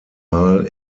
mal